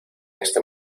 este